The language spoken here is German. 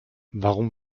warum